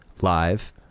live